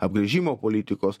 apgręžimo politikos